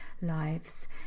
lives